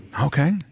Okay